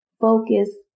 focus